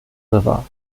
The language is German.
river